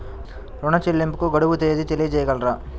ఋణ చెల్లింపుకు గడువు తేదీ తెలియచేయగలరా?